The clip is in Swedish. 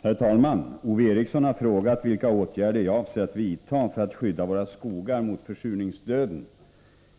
Herr talman! Ove Eriksson har frågat vilka åtgärder jag avser att vidta för att skydda våra skogar mot försurningsdöden.